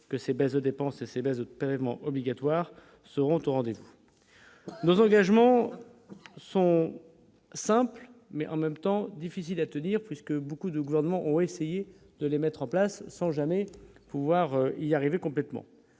que ces baisses de dépenses et ces baisses de paiement obligatoire seront au rendez-vous, nos engagements sont simples, mais en même temps, difficile à tenir, puisque beaucoup de gouvernements ont essayé de les mettre en place, sans jamais pouvoir y y arriver complètement,